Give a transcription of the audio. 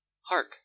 Hark